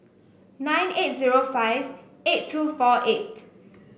nine eight zero five eight two four eight